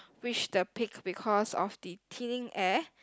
reach the peak because of the thin air